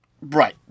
Right